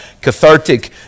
Cathartic